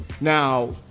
now